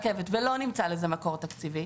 ולא נמצא לזה מקור תקציבי